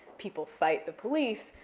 people fight the police,